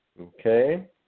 okay